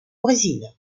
brésil